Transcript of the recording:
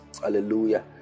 hallelujah